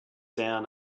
down